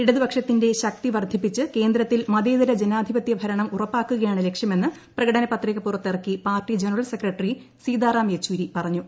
ഇടതുപക്ഷത്തിന്റെ ശക്തി വർദ്ധിപ്പിച്ച് കേന്ദ്രത്തിൽ മതേതര ജനാധിപത്യ ഭരണം ഉറപ്പാക്കുകയാണ് ലക്ഷ്യമെന്ന് പ്രകടന പത്രിക പുറത്തിറക്കി പാർട്ടി ജനറൽ സെക്രട്ടറി സീതാറാം യെച്ചൂരി പറഞ്ഞു